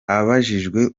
abajijwe